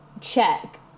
check